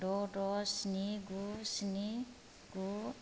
द' द' स्नि गु स्नि गु